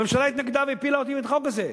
הממשלה התנגדה והפילה את החוק הזה.